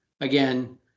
Again